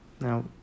Now